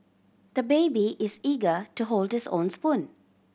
the baby is eager to hold his own spoon